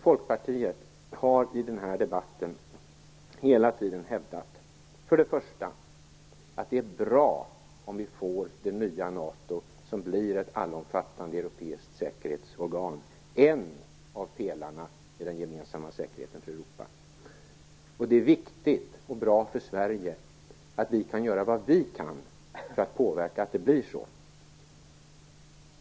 Folkpartiet har i den här debatten hela tiden hävdat att det är bra om vi får det nya NATO som blir ett allomfattande europeiskt säkerhetsorgan, en av pelarna i den gemensamma säkerheten för Europa. Det är viktigt och bra för Sverige att vi gör vad vi kan för att påverka att det blir så.